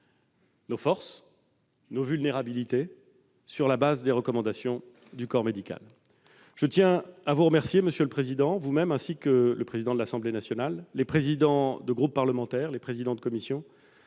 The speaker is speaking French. nos forces, nos vulnérabilités, sur la base des recommandations du corps médical. Je tiens à vous remercier, monsieur le président, ainsi que le président de l'Assemblée nationale, les présidents de groupe parlementaire, les présidents de commission